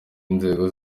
y’inzego